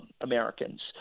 Americans